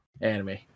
Anime